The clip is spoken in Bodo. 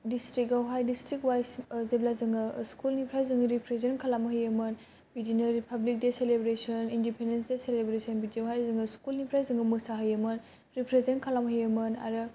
दिसट्रिक्ट आव हाय दिसट्रिक्ट वाइस जेब्ला जोङो स्कुल निफ्राय जोंङो रिफ्रेजेन्ट खालामहैयोमोन बिदिनो republic day celebration independence day celebration बिदियावहाय जोंयो स्कुल निफ्राय जोङो मोसा हैयोमोन रिफ्रेजेन्ट खालामहैयोमोन आरो